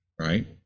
right